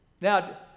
now